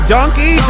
Donkey